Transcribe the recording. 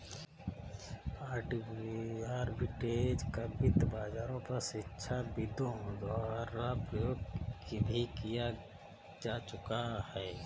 arbitrage का वित्त बाजारों पर शिक्षाविदों द्वारा प्रयोग भी किया जा चुका है